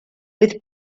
with